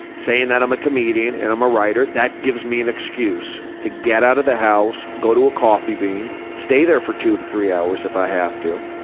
saying that i'm a comedian and i'm a writer, that gives me an excuse to get out of the house, go to a coffee bean, stay there for two to three hours if i have to,